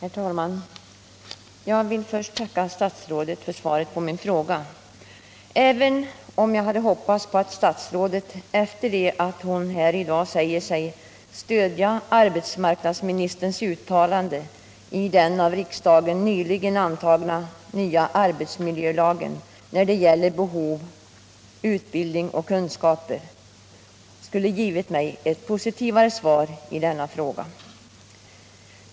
Herr talman! Jag vill först tacka statsrådet för svaret på min fråga, även om jag hade hoppats att statsrådet, efter att hon här i dag säger sig stödja arbetsmarknadsministerns uttalande i samband med den av riksdagen nyligen antagna arbetsmiljölagen när det gäller behov av utbildning och kunskaper, skulle ha gett mig ett positivare svar.